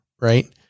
right